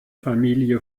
familie